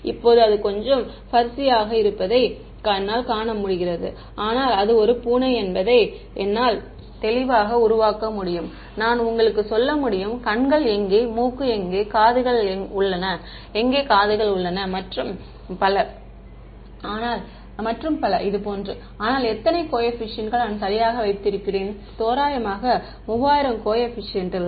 இப்போது அது கொஞ்சம் பர்ஸியாக இருப்பதை என்னால் காண முடிகிறது ஆனால் அது ஒரு பூனை என்பதை என்னால் தெளிவாக உருவாக்க முடியும் நான் உங்களுக்கு சொல்ல முடியும் கண்கள் எங்கே மூக்கு எங்கே காதுகள் உள்ளன மற்றும் பல ஆனால் எத்தனை கோஏபிசியன்ட் கள் நான் சரியாக வைத்திருக்கிறேன் தோராயமாக 3000 கோஏபிசியன்ட் கள்